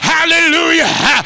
Hallelujah